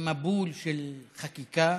במבול של חקיקה.